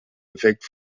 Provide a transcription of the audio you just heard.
effekt